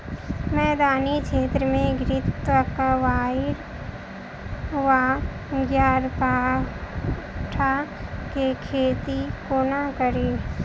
मैदानी क्षेत्र मे घृतक्वाइर वा ग्यारपाठा केँ खेती कोना कड़ी?